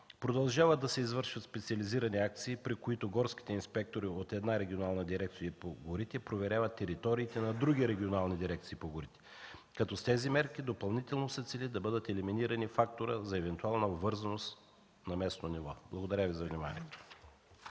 Продължават да се извършват специализирани акции, при които горските инспектори от една регионална дирекция по горите проверяват териториите на други регионални дирекции по горите, като с тези мерки допълнително се цели да бъде елиминиран факторът за евентуална обвързаност на местно ниво. Благодаря Ви за вниманието.